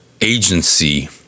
agency